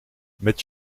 met